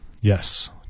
Yes